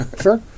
Sure